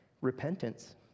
repentance